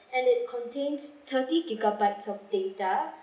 and it contains thirty gigabytes of data